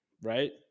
right